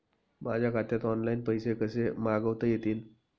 माझ्या खात्यात ऑनलाइन पैसे कसे मागवता येतील?